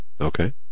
Okay